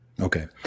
Okay